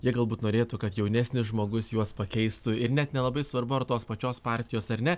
jie galbūt norėtų kad jaunesnis žmogus juos pakeistų ir net nelabai svarbu ar tos pačios partijos ar ne